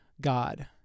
God